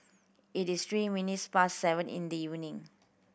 it is three minutes past seven in the evening